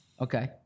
Okay